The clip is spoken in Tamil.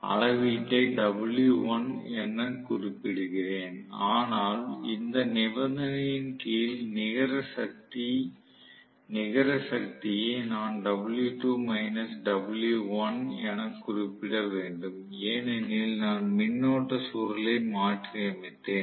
அளவீட்டை W1 எனக் குறிப்பிடுகிறேன் ஆனால் இந்த நிபந்தனையின் கீழ் நிகர சக்தியை நான் W2 W1 எனக் குறிப்பிட வேண்டும் ஏனெனில் நான் மின்னோட்ட சுருளை மாற்றியமைத்தேன்